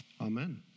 Amen